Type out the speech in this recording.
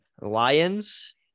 Lions